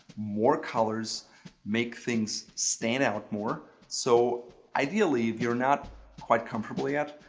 more colors make things stand out more so ideally, if you're not quite comfortable yet,